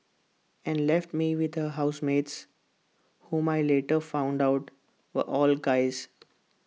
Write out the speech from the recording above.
and left me with her housemates whom I later found out were all guys